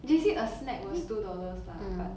J_C a snack was two dollars lah but